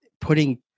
putting